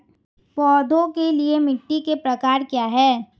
पौधों के लिए मिट्टी के प्रकार क्या हैं?